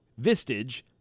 Vistage